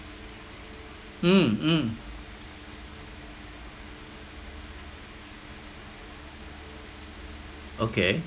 mm mm okay